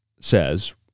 says